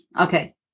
Okay